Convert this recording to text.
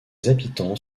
habitants